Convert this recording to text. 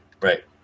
right